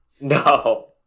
No